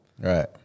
Right